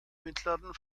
mittleren